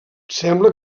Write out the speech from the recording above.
sembla